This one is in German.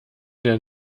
der